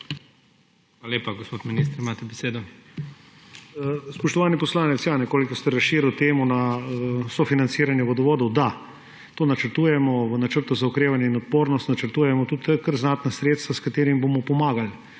Hvala lepa. Gospod minister, imate besedo. **MAG. ANDREJ VIZJAK:** Spoštovani poslanec, ja, nekoliko ste razširili temo na sofinanciranje vodovodov. Da, to načrtujemo. V načrtu za okrevanje in odpornost načrtujemo tudi kar znatna sredstva, s katerimi bomo pomagali